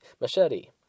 machete